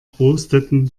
prosteten